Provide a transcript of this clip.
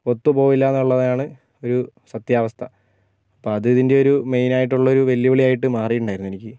ഒത്തു പോകില്ലയെന്നുള്ളതാണ് ഒരു സത്യാവസ്ഥ അപ്പം അത് ഇതിൻ്റെയൊരു മെയ്നായിട്ടുള്ളൊരു വെല്ലുവിളിയായിട്ട് മാറിയിട്ടുണ്ടായിരുന്നു എനിക്ക്